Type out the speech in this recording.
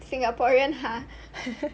singaporean !huh!